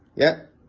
yep,